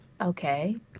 Okay